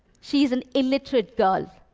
she is an illiterate girl,